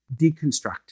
deconstruct